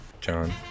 John